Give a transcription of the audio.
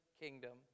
kingdom